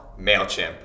Mailchimp